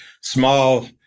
small